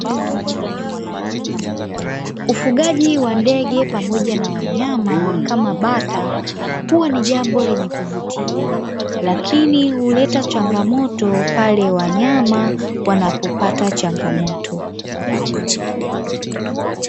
Ufugaji wa ndege pamoja na wanyama kama bata, huwa ni jambo lenye kuvutia lakini huleta changamoto pale wanyama wanapopata changamoto.